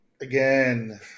Again